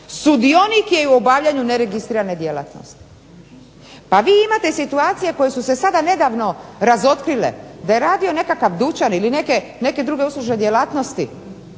sudionik je i u obavljanju neregistrirane djelatnosti." Pa vi imate situacije koje su se sada nedavno razotkrile da je radio nekakav dućan ili neke druge uslužne djelatnosti.